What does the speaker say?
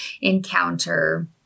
encounter